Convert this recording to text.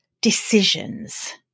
decisions